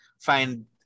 find